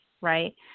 right